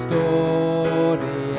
Story